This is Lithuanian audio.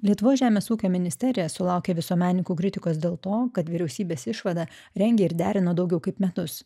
lietuvoj žemės ūkio ministerija sulaukė visuomenininkų kritikos dėl to kad vyriausybės išvadą rengė ir derino daugiau kaip metus